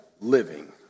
living